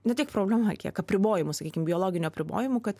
ne tik problema kiek apribojimų sakykim biologinių apribojimų kad